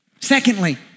Secondly